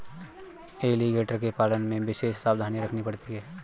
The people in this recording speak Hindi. एलीगेटर के पालन में विशेष सावधानी रखनी पड़ती है